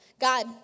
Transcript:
God